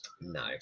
No